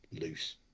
loose